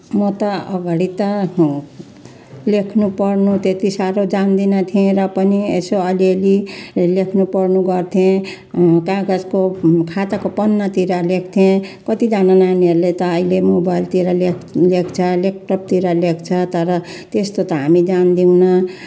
म त अगाडि त लेख्नु पढ्नु त्यति साह्रो जान्दिनँ थिएँ र पनि यसो अलिअलि लेख्नु पढ्नु गर्थेँ कागजको खाताको पन्नातिर लेख्थेँ कतिजना नानीहरूले त अहिले मोबाइलतिर ले लेख्छ ल्यापटपतिर लेख्छ तर त्यस्तो त हामी जान्दैनौँ